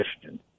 question